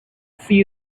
she